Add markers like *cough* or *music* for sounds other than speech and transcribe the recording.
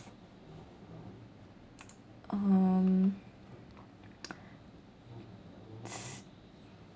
um *noise*